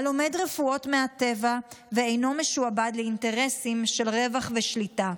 הלומד רפואות מהטבע ואינו משועבד לאינטרסים של רווח ושליטה.